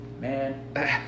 man